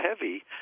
heavy